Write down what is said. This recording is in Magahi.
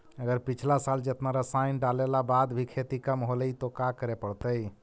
अगर पिछला साल जेतना रासायन डालेला बाद भी खेती कम होलइ तो का करे पड़तई?